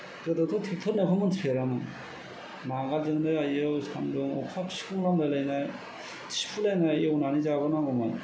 गोदोथ' ट्रेक्टर नामखौनो मिथिफेरामोन नांगोलजोंनो आयौ सान्दुं अखा बिखुं मानजालायनाय थिफुलानाय एवनानै जाबोनांगौमोन